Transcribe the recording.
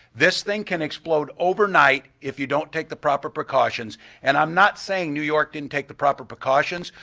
this thing can explode overnight if you don't take the proper precautions and i'm not saying new york didn't take the proper precautions.